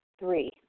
Three